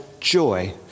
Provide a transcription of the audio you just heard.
Joy